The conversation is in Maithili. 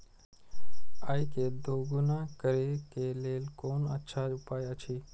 आय के दोगुणा करे के लेल कोन अच्छा उपाय अछि?